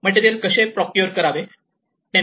material कसे procure करावे